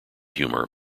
humor